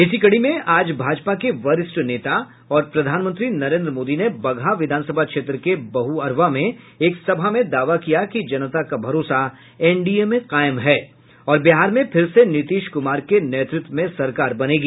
इसी कड़ी में आज भाजपा के वरिष्ठ नेता और प्रधानमंत्री नरेन्द्र मोदी ने बगहा विधानसभा क्षेत्र के बहुअरवा में एक सभा में दावा किया कि जनता का भरोसा एनडीए में कायम है और बिहार में फिर से नीतीश कुमार के नेतृत्व में सरकार बनेगी